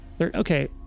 Okay